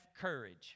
courage